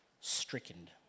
stricken